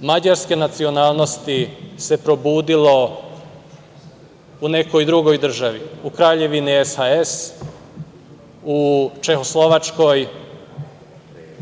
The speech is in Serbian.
mađarske nacionalnosti se probudilo u nekoj drugoj državi, u Kraljevini SHS, u Čehoslovačkoj,